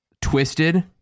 twisted